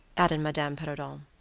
added madame perrodon.